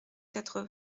quatre